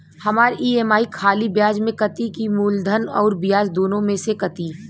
हमार ई.एम.आई खाली ब्याज में कती की मूलधन अउर ब्याज दोनों में से कटी?